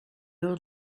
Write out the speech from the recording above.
old